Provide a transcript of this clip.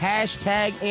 Hashtag